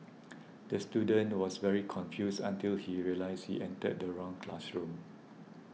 the student was very confused until he realised he entered the wrong classroom